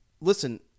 Listen